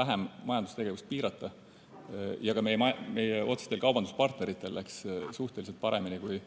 vähem majandustegevust piirata. Ka meie otsestel kaubanduspartneritel läks suhteliselt paremini kui